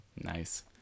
Nice